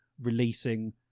releasing